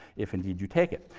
if indeed you take it.